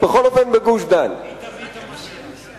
היא תביא את המשיח.